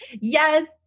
Yes